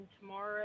tomorrow